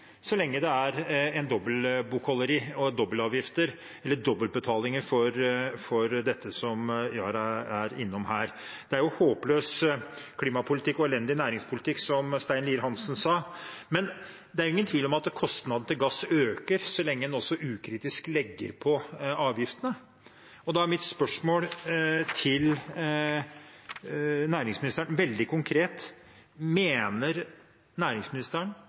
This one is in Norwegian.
så lenge det er dobbelt bokholderi og dobbelavgifter, eller dobbeltbetalinger, for dette som Yara er innom her. «Dette er håpløs klimapolitikk og elendig næringspolitikk,» som Stein Lier-Hansen sa, men det er ingen tvil om at kostnadene til gass øker så lenge en ukritisk legger på avgiftene. Og da er mitt spørsmål til næringsministeren veldig konkret: Mener næringsministeren